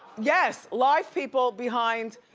yes, live people behind,